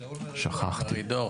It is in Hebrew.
יש לי ויכוח פוליטי